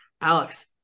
Alex